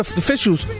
officials